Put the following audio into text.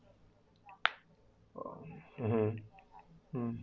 mmhmm um